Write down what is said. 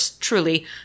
truly